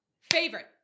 favorite